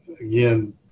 again